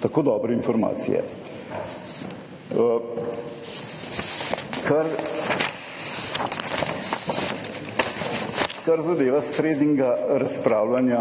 tako dobre informacije. Kar zadeva sredino razpravljanje,